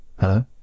Hello